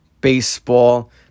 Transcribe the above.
baseball